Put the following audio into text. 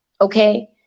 okay